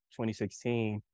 2016